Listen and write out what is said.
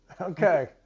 Okay